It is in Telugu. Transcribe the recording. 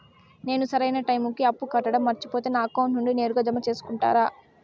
నేను సరైన టైముకి అప్పు కట్టడం మర్చిపోతే నా అకౌంట్ నుండి నేరుగా జామ సేసుకుంటారా?